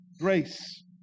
Grace